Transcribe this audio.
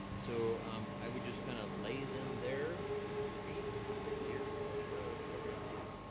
so i would just kinda lay them there at your feet and say there are there are the program fees.